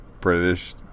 British